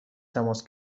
تماس